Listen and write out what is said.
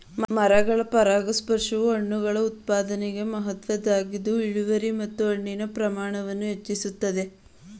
ಮರಗಳ ಪರಾಗಸ್ಪರ್ಶವು ಹಣ್ಣುಗಳ ಉತ್ಪಾದನೆಗೆ ಮಹತ್ವದ್ದಾಗಿದ್ದು ಇಳುವರಿ ಮತ್ತು ಹಣ್ಣಿನ ಪ್ರಮಾಣವನ್ನು ಹೆಚ್ಚಿಸ್ತದೆ